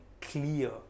clear